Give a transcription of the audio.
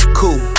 cool